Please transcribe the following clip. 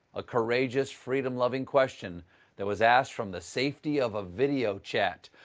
a courageous, freedom-loving question that was asked from the safety of a video chat.